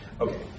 Okay